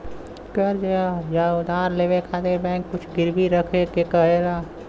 कर्ज़ या उधार लेवे खातिर बैंक कुछ गिरवी रखे क कहेला